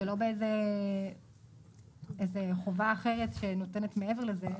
זה לא איזה חובה אחרת שנותנת מעבר לזה.